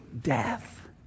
Death